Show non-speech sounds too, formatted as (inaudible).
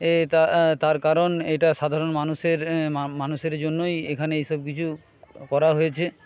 (unintelligible) তার কারণ এটা সাধারণ মানুষের মানুষের জন্যই এখানে এই সব কিছু করা হয়েছে